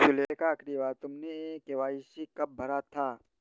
सुलेखा, आखिरी बार तुमने के.वाई.सी कब भरा था?